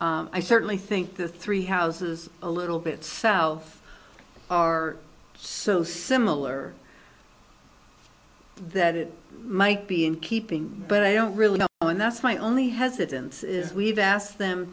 city i certainly think the three houses a little bit south of are so similar that it might be in keeping but i don't really know and that's my only has it and we've asked them